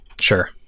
sure